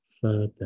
further